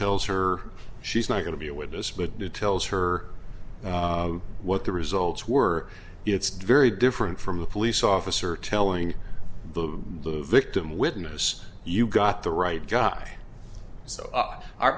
tells her she's not going to be a witness but do tells her what the results were it's very different from a police officer telling the victim witness you got the right guy so up our